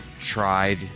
tried